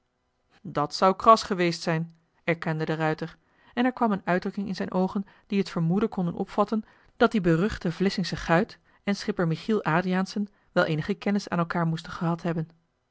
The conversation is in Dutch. dat zou kras geweest zijn erkende de ruijter en er kwam een uitdrukking in zijn oogen die het vermoeden kon doen opvatten dat die beruchte vlissingsche guit en schipper michiel adriaensen wel eenige kennis aan elkaar moesten gehad hebben